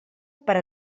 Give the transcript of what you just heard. per